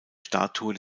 statue